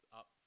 up